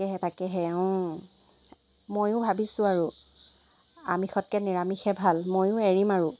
তাকেহে তাকেহে ময়ো ভাবিছোঁ আৰু আমিষতকৈ নিৰামিষে ভাল ময়ো এৰিম আৰু